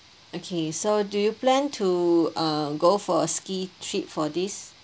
okay so do you plan to uh go for ski trip for this